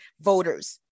voters